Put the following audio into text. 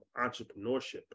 entrepreneurship